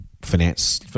finance –